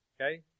Okay